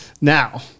now